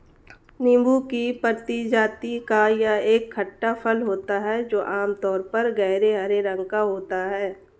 नींबू की प्रजाति का यह एक खट्टा फल होता है जो आमतौर पर गहरे हरे रंग का होता है